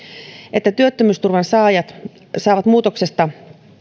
että työttömyysturvan saajat saavat muutoksesta